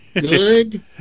good